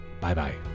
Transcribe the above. Bye-bye